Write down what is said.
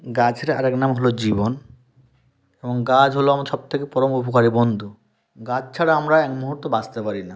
গাছের আর এক নাম হল জীবন এবং গাছ হল আমার সব থেকে পরম উপকারী বন্ধু গাছ ছাড়া আমরা এক মুহূর্ত বাঁচতে পারি না